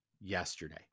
yesterday